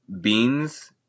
beans